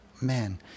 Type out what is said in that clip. man